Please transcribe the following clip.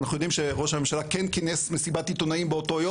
אנחנו יודעים שראש הממשלה כן כינס מסיבת עיתונאים באותו יום.